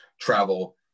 travel